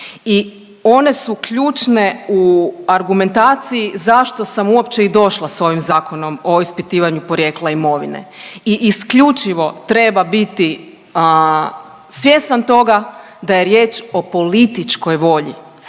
i one su ključne u argumentaciji zašto sam uopće i došla s ovim Zakonom o ispitivanju porijekla imovine i isključivo treba biti svjestan toga da je riječ o političkoj volji.